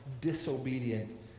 disobedient